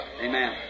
Amen